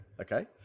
Okay